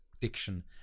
diction